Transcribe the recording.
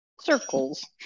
circles